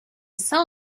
sell